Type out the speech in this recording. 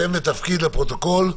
בבקשה.